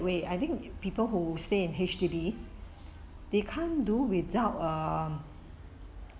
wait I think people who stay in H_D_B they can't do without uh